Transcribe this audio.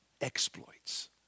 exploits